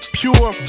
pure